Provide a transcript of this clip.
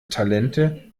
talente